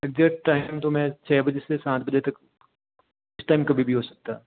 exact time तो मैं छः बजे से सात बजे तक इस टाइम कभी भी हो सकता